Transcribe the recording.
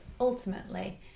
ultimately